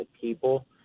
people